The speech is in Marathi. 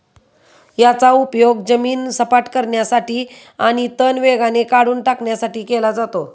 याचा उपयोग जमीन सपाट करण्यासाठी आणि तण वेगाने काढून टाकण्यासाठी केला जातो